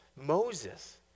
Moses